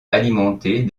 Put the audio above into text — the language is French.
alimenter